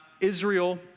Israel